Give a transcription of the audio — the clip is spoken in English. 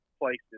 places